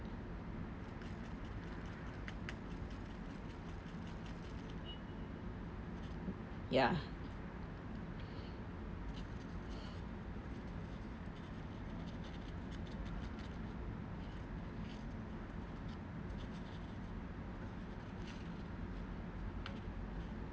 ya